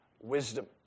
wisdom